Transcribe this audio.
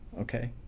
Okay